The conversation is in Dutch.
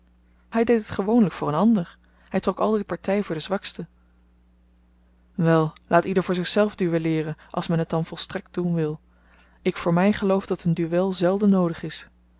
hy deed het gewoonlyk voor een ander hy trok altyd party voor den zwakste wel laat ieder voor zichzelf duelleeren als men het dan volstrekt doen wil ik voor my geloof dat een duel zelden noodig is